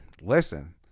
Listen